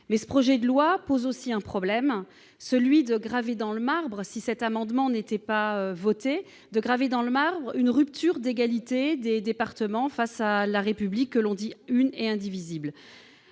ce texte pose aussi un problème, celui de graver dans le marbre, si cet amendement n'était pas adopté, une rupture d'égalité entre les départements dans une République que l'on dit une et indivisible.